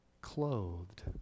clothed